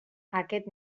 aquest